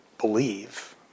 believe